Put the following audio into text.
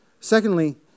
Secondly